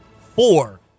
four